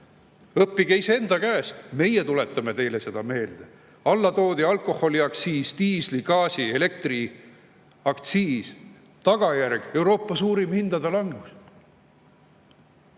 Õppige iseenda käest, meie tuletame teile seda meelde. Alla toodi alkoholiaktsiis, diisli‑, gaasi‑ ja elektriaktsiis. Tagajärg: Euroopa suurim hindade langus.